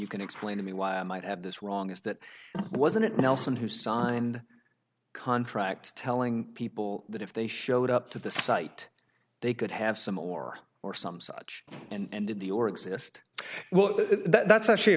you can explain to me why i might have this wrong is that wasn't nelson who signed contracts telling people that if they showed up to the site they could have some or or some such and did the or exist well that's actually a